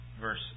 Verse